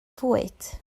fwyd